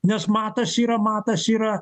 nes matas yra matas yra